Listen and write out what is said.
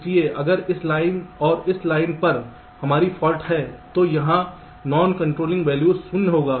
इसलिए अगर इस लाइन और इस लाइन पर हमारी फाल्ट है तो यहां नॉन कंट्रोलिंग वैल्यूज शून्य होगा